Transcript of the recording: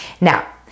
Now